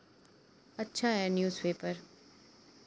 अच्छा है न्यूज़पेपर